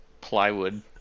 plywood